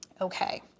Okay